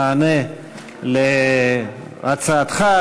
במענה להצעתך,